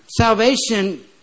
Salvation